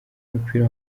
w’umupira